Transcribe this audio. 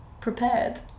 prepared